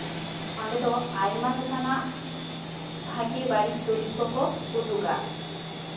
ᱚᱸᱰᱮ ᱫᱚ ᱟᱭᱢᱟ ᱞᱮᱠᱟᱱᱟᱜ ᱵᱷᱟᱜᱮ ᱵᱟᱹᱲᱤᱡ ᱫᱩᱨᱤᱵ ᱠᱚᱠᱚ ᱩᱫᱩᱜᱟ